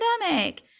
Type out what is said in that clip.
pandemic